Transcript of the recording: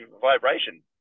vibration